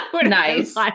Nice